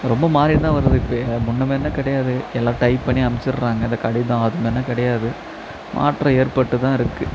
ரொம்ப மாதிரின்னு தான் வருது இப்போயே முன்னே மாதிரின்னா கிடையாது எல்லாம் டைப் பண்ணி அனுப்பிச்சிட்றாங்க இந்த கடிதம் அது மாதிரின்னா கிடையாது மாற்றம் ஏற்பட்டு தான் இருக்குது